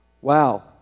Wow